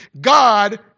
God